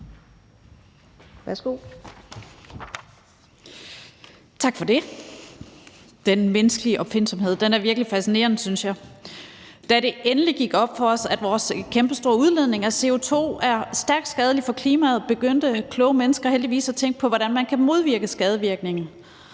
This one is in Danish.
Tak for det. Den menneskelige opfindsomhed er virkelig fascinerende, synes jeg. Da det endelig gik op for os, at vores kæmpestore udledning af CO2 er stærkt skadelig for klimaet, begyndte kloge mennesker heldigvis at tænke på, hvordan man kan modvirke skadevirkningen.